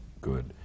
good